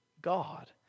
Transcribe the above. God